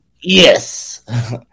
yes